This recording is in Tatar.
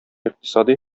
икътисади